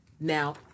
Now